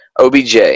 OBJ